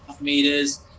meters